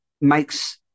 makes